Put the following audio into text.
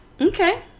Okay